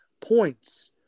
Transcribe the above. points